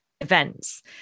events